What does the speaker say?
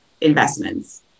investments